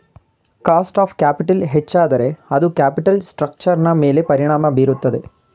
cost of capital ಹೆಚ್ಚಾದರೆ ಅದು capital ಸ್ಟ್ರಕ್ಚರ್ನ ಮೇಲೆ ಪರಿಣಾಮ ಬೀರುತ್ತದೆ